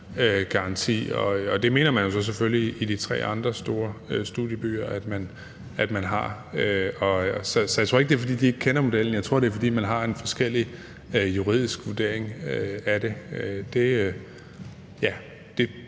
Det mener man jo så selvfølgelig i de tre andre store studiebyer at man har. Så jeg tror ikke, det er, fordi de ikke kender modellen; jeg tror, det er, fordi man har en forskellig juridisk vurdering af det. Jeg